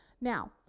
Now